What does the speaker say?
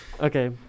Okay